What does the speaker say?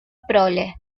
prole